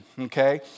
okay